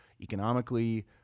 economically